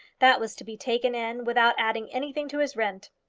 that was to be taken in, without adding anything to his rent.